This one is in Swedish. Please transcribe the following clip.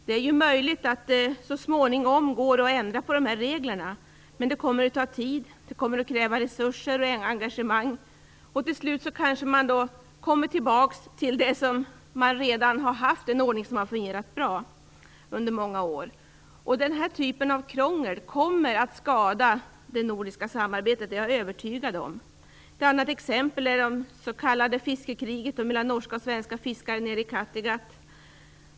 Det är möjligt att det så småningom går att ändra på dessa regler, men det kommer att ta tid, och det kommer att kräva resurser och engagemang. Till slut kommer man kanske tillbaka till den ordning man har haft, och som har fungerat bra under många år. Den här typen av krångel kommer att skada det nordiska samarbetet, det är jag övertygad om. Ett annat exempel är det s.k. fiskekriget mellan norska och svenska fiskare i Kattegatt.